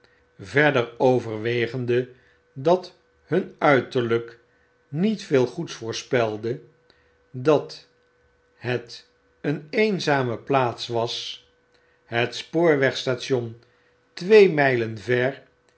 verder overwegende dat hun uiterlyk niet veel goeds voorspelde dat het een eenzame plaats was het spoorwegstation twee mijlen ver